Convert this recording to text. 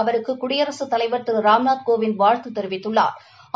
அவருக்கு குடியரசு தலைவா திரு ராம்நாத கோவிந்த் வாழ்த்து தெரிவித்துள்ளாா்